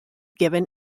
given